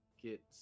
get